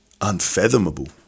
Unfathomable